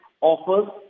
offers